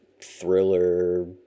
thriller